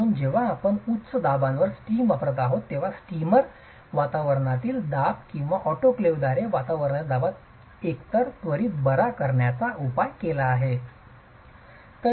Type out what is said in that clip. म्हणूनच जेव्हा आपण उच्च दाबांवर स्टीम वापरत आहात तेव्हा स्टीमर वातावरणीय दाब किंवा ऑटोक्लेव्हद्वारे वातावरणीय दाबात एकतर त्वरित बरा करण्याचा उपचार केला जातो